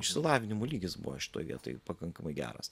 išsilavinimo lygis buvo šitoj vietoj pakankamai geras